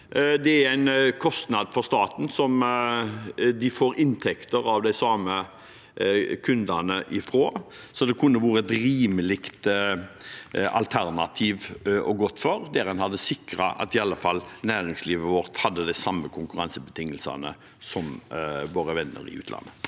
Det er en kostnad for staten som de får inntekter av de samme kundene fra, så det kunne vært et rimelig alternativ å gå inn for, der en hadde sikret at i alle fall næringslivet vårt hadde de samme konkurransebetingelsene som våre venner i utlandet.